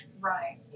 Right